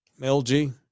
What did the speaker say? LG